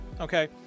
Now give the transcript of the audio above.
Okay